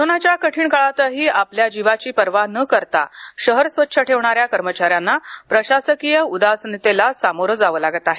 कोरोनाच्या कठीण काळातही आपल्या जिवाची पर्वा न करता शहर स्वच्छ ठेवणाऱ्या कर्मचाऱ्यांना प्रशासकीय उदासीनतेला समोरं जावं लागत आहे